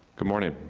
good morning,